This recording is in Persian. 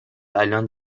الان